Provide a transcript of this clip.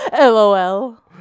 LOL